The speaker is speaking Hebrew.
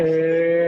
אין בעיה.